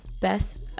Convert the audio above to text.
best